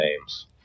names